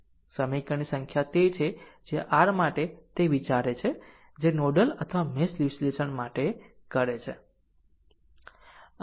સમીકરણની સંખ્યા તે છે કે જે r માટે તે વિચાર છે જે નોડલ અથવા મેશ વિશ્લેષણ માટે કરે છે